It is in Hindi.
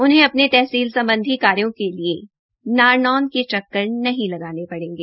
उन्हें अपने तहसील संबंधी कार्यो के लिए नारनौंद के चक्कर नहीं लगाने पड़ेंगे